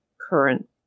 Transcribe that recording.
current